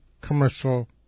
commercial